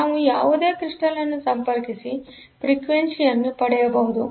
ನಾವು ಯಾವುದೇ ಕ್ರಿಸ್ಟಲ್ ಅನ್ನು ಸಂಪರ್ಕಿಸಿ ಫ್ರೀಕ್ವೆನ್ಸಿ ಅನ್ನು ಪಡೆಯಬಹುದು